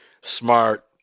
smart